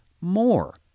more